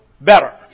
better